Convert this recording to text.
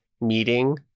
meeting